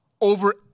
over